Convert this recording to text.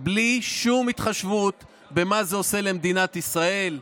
בלי שום התחשבות במה שזה עושה למדינת ישראל,